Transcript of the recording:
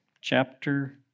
chapter